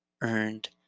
earned